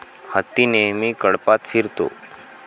हत्ती नेहमी कळपात फिरतो